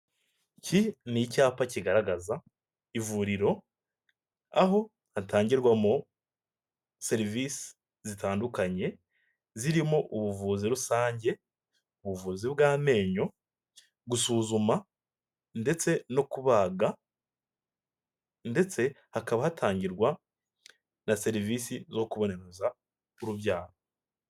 Iki n'icyapa kigaragaza ivuriro, aho hatangirwamo serivisi zitandukanye, zirimo ubuvuzi rusange, ubuvuzi bw'amenyo, gusuzuma ndetse no kubaga ndetse hakaba hatangirwa na serivisi zo kuboneza urubyaro.